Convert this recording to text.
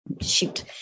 shoot